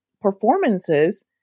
performances